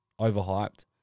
overhyped